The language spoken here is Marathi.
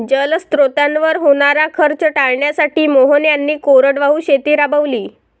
जलस्रोतांवर होणारा खर्च टाळण्यासाठी मोहन यांनी कोरडवाहू शेती राबवली